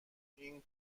این